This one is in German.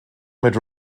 mit